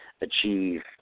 achieve